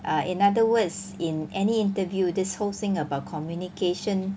err in other words in any interview this whole thing about communication